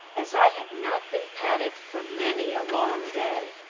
as i had not been patted for many a long day.